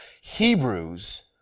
Hebrews